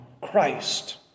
Christ